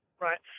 right